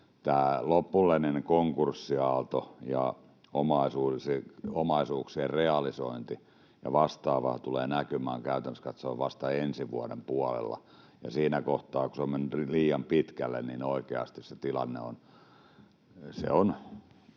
ja lopullinen konkurssiaalto ja omaisuuksien realisointi ja vastaava tulevat näkymään käytännössä katsoen vasta ensi vuoden puolella, ja siinä kohtaa, kun se on mennyt liian pitkälle, niin oikeasti se tilanne on